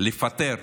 לפטר